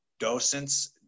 docents